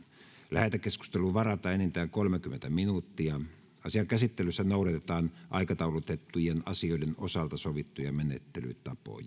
lähetekeskusteluun varataan enintään kolmekymmentä minuuttia asian käsittelyssä noudatetaan aikataulutettujen asioiden osalta sovittuja menettelytapoja